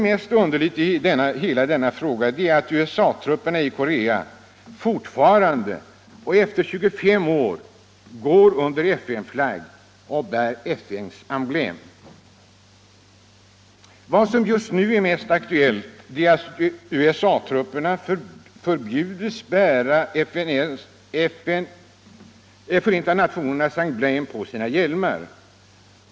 Mest underligt i denna hela fråga är att USA-trupperna i Korea fortfarande, efter 25 år, går under FN-flagg och bär FN:s emblem. Det som just nu är mest aktuellt är att USA-trupperna förbjuds bära FN:s emblem på sina hjälmar.